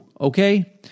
okay